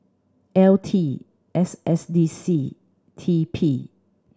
L T S S D C T P